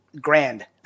grand